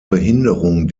behinderung